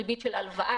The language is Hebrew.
ריבית של הלוואה.